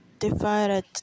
divided